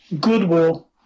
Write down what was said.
goodwill